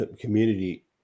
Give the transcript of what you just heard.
community